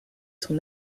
son